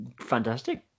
Fantastic